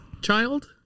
Child